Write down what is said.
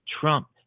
Trump